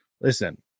Listen